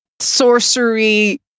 sorcery